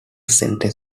center